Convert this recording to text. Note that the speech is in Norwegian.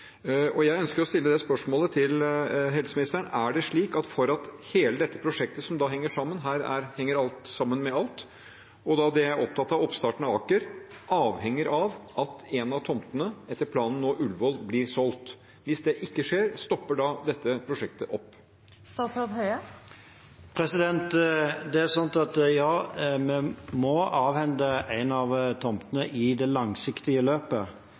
Jeg ønsker å stille spørsmålet til helseministeren: Er det slik at hele dette prosjektet, som henger sammen med oppstarten av Aker – her henger alt sammen med alt – avhenger av at en av tomtene, etter planen nå Ullevål, blir solgt, og at hvis det ikke skjer, stopper dette prosjektet opp? Ja, vi må avhende en av tomtene i det langsiktige løpet,